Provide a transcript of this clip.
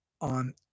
on